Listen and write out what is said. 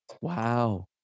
Wow